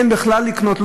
אין בכלל אפשרות לקנות,